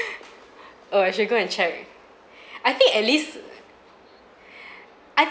oh I should go and check I think at least uh I